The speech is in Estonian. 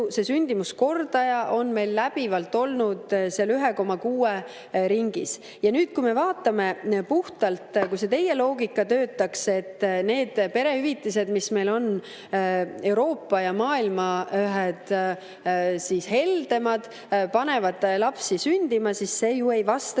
on sündimuskordaja meil läbivalt olnud 1,6 ringis. Ja nüüd, kui me vaatame seda, kui teie loogika töötaks, et perehüvitised, mis meil on Euroopa ja maailma ühed heldemad, panevad lapsi sündima, siis see ju ei vasta